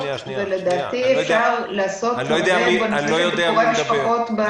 לדעתי אפשר לעשות ביקורי משפחות.